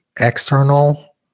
external